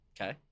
Okay